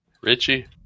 Richie